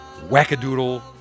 wackadoodle